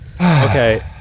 Okay